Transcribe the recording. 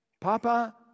Papa